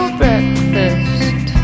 breakfast